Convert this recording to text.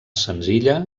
senzilla